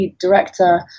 director